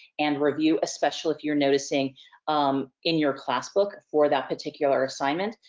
and review a special, if you're noticing um in your class book for that particular assignment.